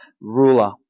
ruler